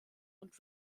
und